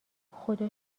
خدا